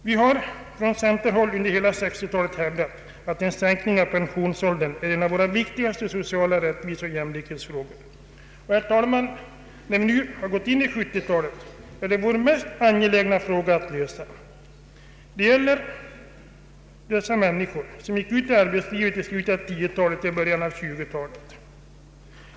Vi har från centerhåll under hela 1960-talet hävdat att en sänkning av pensionsåldern är en av våra viktigaste rättviseoch jämlikhetsfrågor. Herr talman! När vi nu gått in i 1970-talet är det vår mest angelägna fråga att lösa. Det gäller de människor som gick ut i arbetslivet i slutet av 1910-talet och i början av 1920-talet.